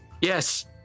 Yes